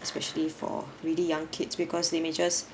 especially for really young kids because they may just